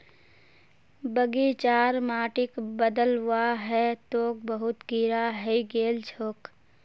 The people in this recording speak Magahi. बगीचार माटिक बदलवा ह तोक बहुत कीरा हइ गेल छोक